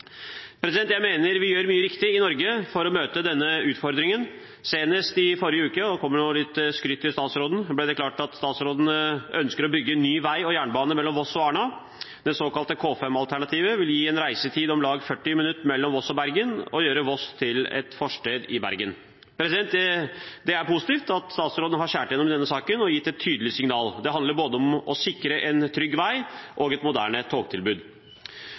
Jeg mener vi gjør mye riktig i Norge for å møte denne utfordringen. Senest i forrige uke, og nå kommer det litt skryt til statsråden, ble det klart at statsråden ønsker å bygge ny vei og jernbane mellom Voss og Arna. Det såkalte K5-alternativet vil gi en reisetid på om lag 40 minutter mellom Voss og Bergen og gjøre Voss til en forstad til Bergen. Det er positivt at statsråden har skåret igjennom i denne saken og gitt et tydelig signal. Det handler om å sikre både en trygg vei og et moderne togtilbud.